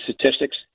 statistics